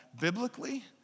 biblically